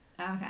Okay